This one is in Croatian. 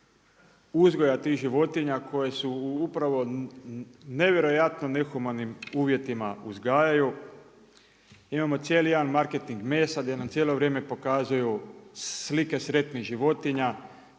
uzgoja tih životinja koje se u upravo nevjerojatno u nehumanim uvjetima uzgajaju. Imamo cijeli jedan marketing mesa gdje nam cijelo vrijeme pokazuju slike sretnih životinja,